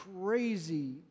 crazy